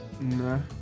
no